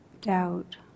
doubt